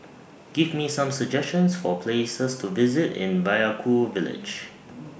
Give Me Some suggestions For Places to visit in Vaiaku Village